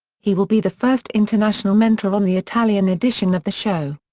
he will be the first international mentor on the italian edition of the show.